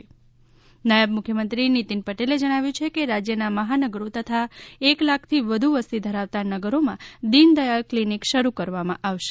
ત નાયબ મુખ્યમંત્રી નિતીન પટેલે જણાવ્યું છે કે રાજ્યના મહાનગરો તથા એક લાખથી વધુ વસ્તી ધરાવતા નગરોમાં દીનદયાલ ક્લિનીક શરૂ કરવામાં આવશે